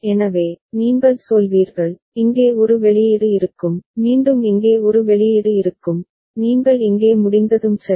எனவே நீங்கள் சொல்வீர்கள் இங்கே ஒரு வெளியீடு இருக்கும் மீண்டும் இங்கே ஒரு வெளியீடு இருக்கும் நீங்கள் இங்கே முடிந்ததும் சரி